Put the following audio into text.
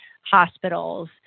hospitals